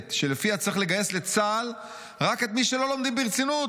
המעוותת שלפיה צריך לגייס לצה"ל רק את מי שלא לומדים ברצינות,